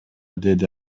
деди